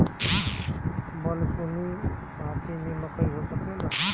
बलसूमी माटी में मकई हो सकेला?